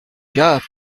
gap